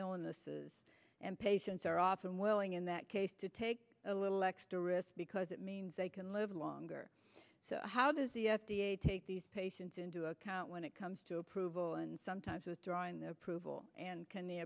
illnesses and patients are often willing in that case to take a little extra risk because it means they can live longer so how does the f d a take these patients into account when it comes to approval and sometimes withdrawing the approval and can the